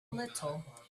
little